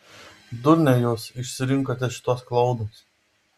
durniai jūs išsirinkote šituos klounus